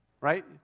Right